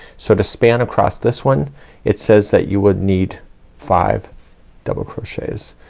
so to span across this one it says that you would need five double crochets.